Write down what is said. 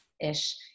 Ish